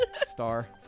star